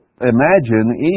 imagine